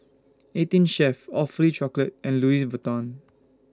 eighteen Chef Awfully Chocolate and Louis Vuitton